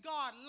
God